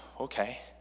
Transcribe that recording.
okay